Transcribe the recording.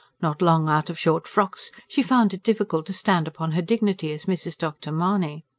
not long out of short frocks, she found it difficult to stand upon her dignity as mrs. dr. mahony.